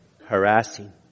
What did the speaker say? harassing